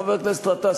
חבר הכנסת גטאס,